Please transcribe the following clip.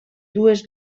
dues